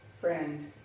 friend